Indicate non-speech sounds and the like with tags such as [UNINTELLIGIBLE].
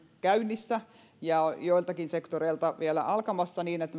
käynnissä ja joiltakin sektoreilta vielä alkamassa niin että [UNINTELLIGIBLE]